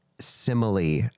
simile